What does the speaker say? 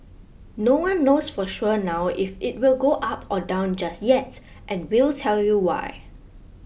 no one knows for sure now if it will go up or down just yet and we'll tell you why